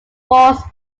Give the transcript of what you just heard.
force